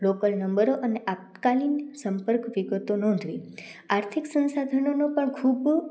local નંબરો અને આપાતકાલીન સંપર્ક વિગતો નોંધવી આર્થિક સંસાધનોનો પણ ખૂબ